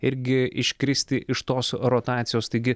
irgi iškristi iš tos rotacijos taigi